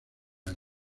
año